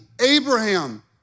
Abraham